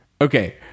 okay